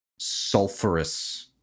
sulfurous